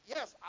Yes